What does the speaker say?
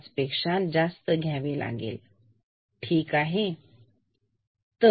5 पेक्षा जास्त घ्यावे लागेल ठीक आहे